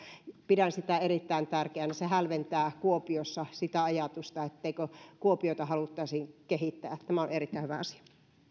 pidän sitä erittäin tärkeänä se hälventää kuopiossa sitä ajatusta etteikö kuopiota haluttaisi kehittää tämä on erittäin